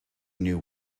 new